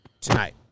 tonight